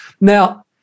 Now